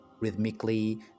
rhythmically